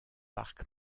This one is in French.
park